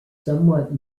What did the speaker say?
somewhat